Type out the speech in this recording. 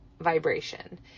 vibration